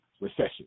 Recession